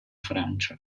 francia